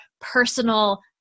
personal